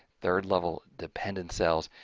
third level dependent cells.